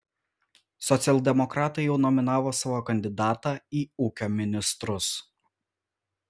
socialdemokratai jau nominavo savo kandidatą į ūkio ministrus